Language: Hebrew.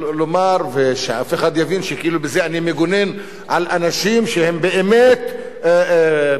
ושאף אחד יבין כאילו בזה אני מגונן על אנשים שהם באמת פעילי טרור,